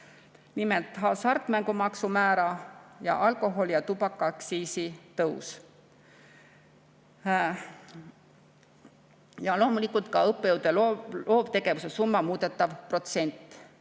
Nimelt, hasartmängumaksu määra ning alkoholi- ja tubakaaktsiisi tõus, loomulikult ka õppejõudude loovtegevuse summa muudetav protsent.